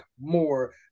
more